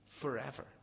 forever